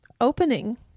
Opening